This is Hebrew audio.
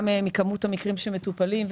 גם מכמות המקרים שמטופלים,